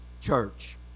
church